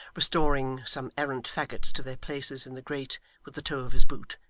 restoring some errant faggots to their places in the grate with the toe of his boot.